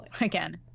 Again